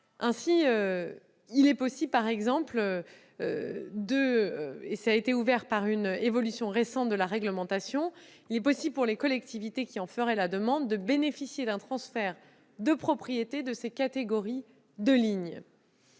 Ainsi, grâce à une ouverture permise par une évolution récente de la réglementation, il est possible, pour les collectivités qui en feraient la demande, de bénéficier d'un transfert de propriété de ces catégories de lignes.